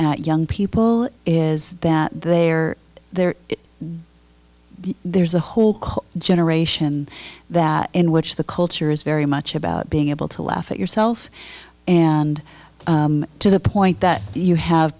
at young people is that they're there there's a whole generation that in which the culture is very much about being able to laugh at yourself and to the point that you have